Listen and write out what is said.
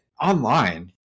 Online